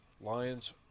lions